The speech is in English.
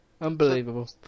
Unbelievable